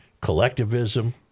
collectivism